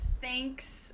thanks